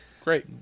great